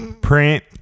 print